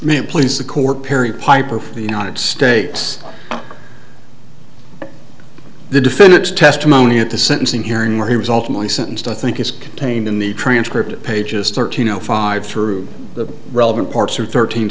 it please the court peri pyper the united states the defendant testimony at the sentencing hearing where he was ultimately sentenced i think is contained in the transcript pages thirteen o five through the relevant parts are thirteen